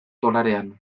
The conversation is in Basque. dolarean